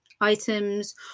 items